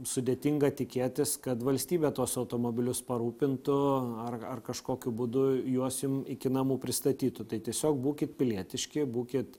sudėtinga tikėtis kad valstybė tuos automobilius parūpintų ar ar kažkokiu būdu juos iki namų pristatytų tai tiesiog būkit pilietiški būkit